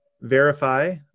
verify